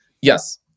Yes